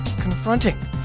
confronting